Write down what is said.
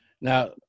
Now